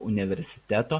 universiteto